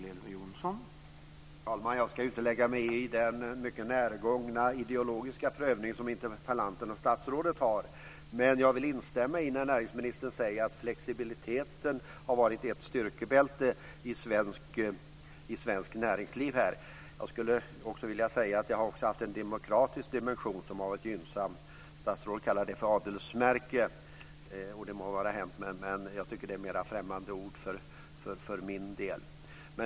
Herr talman! Jag ska inte lägga mig i den mycket närgångna ideologiska prövning som interpellanten och statsrådet gör, men jag vill instämma när näringsministern säger att flexibiliteten har varit ett styrkebälte i svenskt näringsliv. Jag skulle vilja säga att det också har haft en demokratisk dimension, som har varit gynnsam. Statsrådet kallar det adelsmärke, och det må vara hänt, men för mig är det ett mera främmande ord.